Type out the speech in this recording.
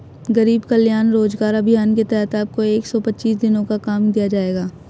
गरीब कल्याण रोजगार अभियान के तहत आपको एक सौ पच्चीस दिनों का काम दिया जाएगा